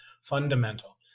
fundamental